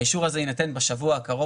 האישור הזה יינתן בשבוע הקרוב,